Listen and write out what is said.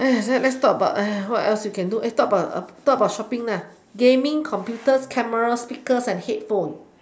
let let's talk about ah what else you can do eh talk about talk about shopping gaming computers cameras speakers and headphone